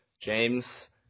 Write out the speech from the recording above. James